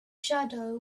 shadow